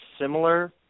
similar